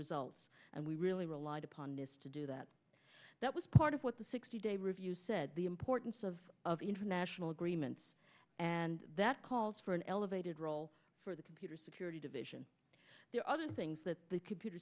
results and we really relied upon this to do that that was part of what the sixty day review said the importance of of international agreements and that calls for an elevated role for the computer security division there are other things that the computer